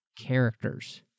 characters